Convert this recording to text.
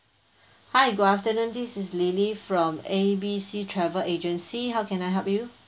hi good afternoon this is lily from A B C travel agency how can I help you